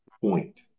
point